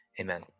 Amen